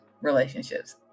relationships